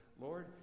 Lord